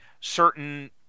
certain